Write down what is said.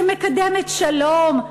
שמקדמת שלום,